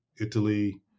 Italy